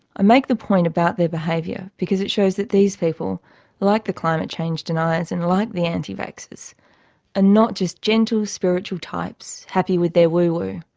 i make the point about their behaviour because it shows that these people, like the climate change deniers and like the anti-vaxxers are ah not just gentle spiritual types, happy with their woo woo.